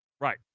Right